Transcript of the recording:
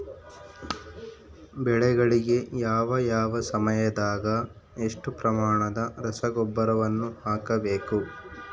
ಬೆಳೆಗಳಿಗೆ ಯಾವ ಯಾವ ಸಮಯದಾಗ ಎಷ್ಟು ಪ್ರಮಾಣದ ರಸಗೊಬ್ಬರವನ್ನು ಹಾಕಬೇಕು?